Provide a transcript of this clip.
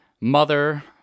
Mother